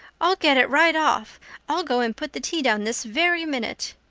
i'll get it right off i'll go and put the tea down this very minute.